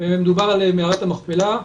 מערת המכפלה,